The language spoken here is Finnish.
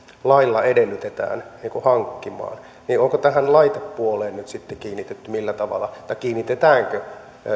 lailla edellytetään hankkimaan niin millä tavalla tähän laitepuoleen on kiinnitetty tai kiinnitetäänkö